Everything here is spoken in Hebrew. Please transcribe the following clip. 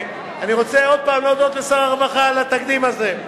ואני רוצה עוד הפעם להודות לשר הרווחה על התקדים הזה.